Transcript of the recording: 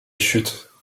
chutes